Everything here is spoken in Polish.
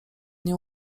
nie